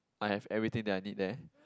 I have everything that I need there